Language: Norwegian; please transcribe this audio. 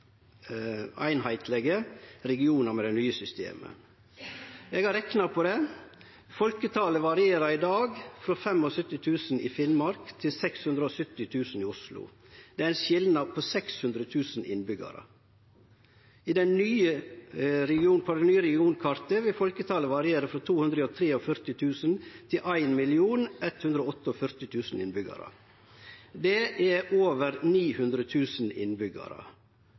einskaplege regionar med det nye systemet. Eg har rekna på det. Folketalet varierer i dag frå 75 000 i Finnmark til 670 000 i Oslo. Det er ein skilnad på 600 000 innbyggjarar. På det nye regionkartet vil folketalet variere frå 243 000 til 1 148 000 innbyggjarar. Det er over